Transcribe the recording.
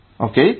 Okay